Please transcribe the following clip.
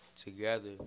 together